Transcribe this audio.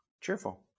Cheerful